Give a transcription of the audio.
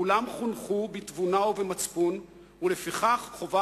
כולם חוננו בתבונה ובמצפון ולפיכך חובה